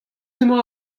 emañ